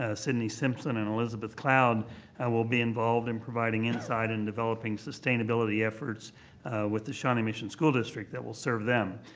ah sydney simpson and elizabeth cloud will be involved in providing insight and developing sustainability efforts with the shawnee mission school district that will serve them.